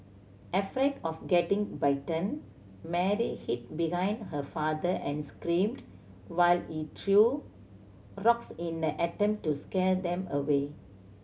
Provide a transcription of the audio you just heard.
afraid of getting bitten Mary hid behind her father and screamed while he threw rocks in an attempt to scare them away